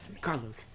Carlos